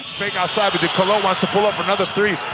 outside to de colo wants to pull up for another three,